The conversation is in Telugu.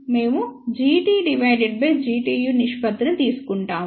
మేము Gt Gtu నిష్పత్తిని తీసుకుంటాము